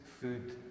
food